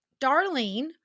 darlene